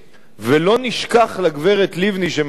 ולא נשכח לגברת לבני שמדברת,